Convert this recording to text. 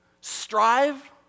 strive